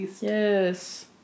yes